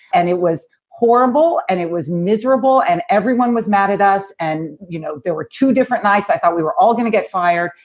and it was horrible and it was miserable and everyone was mad at us. and you know there were two different nights i thought we were all going to get fired.